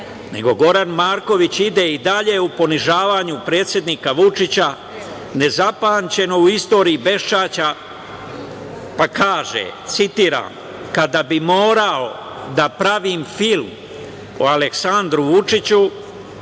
nego Goran Marković ide i dalje u ponižavanju predsednika Vučića nezapamćeno u istoriji beščašća pa kaže, citiram – kada bih morao da pravim film o Aleksandru Vučiću